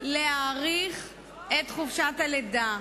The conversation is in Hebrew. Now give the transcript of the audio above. להאריך את חופשת הלידה.